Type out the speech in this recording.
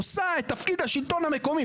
עושה את תפקיד השלטון המקומי.